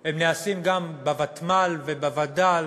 הם נעשים גם בוותמ"ל, בווד"ל